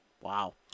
Wow